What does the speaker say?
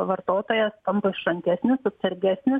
vartotojas tampa išrankesnis atsargesnis